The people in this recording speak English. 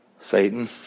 Satan